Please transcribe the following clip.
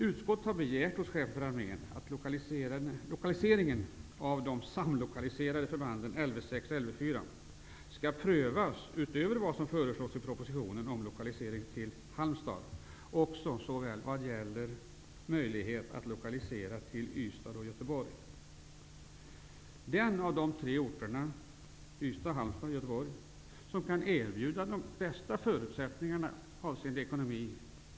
Utskottet har begärt hos chefen för armén att lokalisering av de samlokaliserade förbanden Lv 6 och Lv 4 skall, utöver vad som föreslås i propositionen, prövas avseende såväl Ystad som Göteborg. Det är den av de tre orterna Ystad, Halmstad eller Göteborg som kan erbjuda de bästa ekonomiska förutsättningarna som skall väljas.